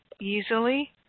easily